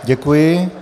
Děkuji.